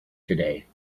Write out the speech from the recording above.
today